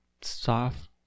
soft